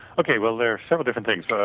okay. well, there are several different things.